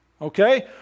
Okay